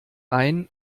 ein